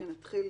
שנתחיל